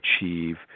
achieve